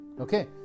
okay